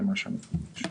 זה מה שאנחנו חושבים.